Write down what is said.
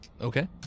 Okay